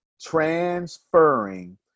transferring